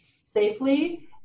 safely